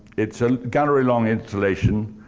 it's a gallery long installation